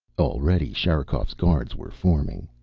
already, sherikov's guards were forming.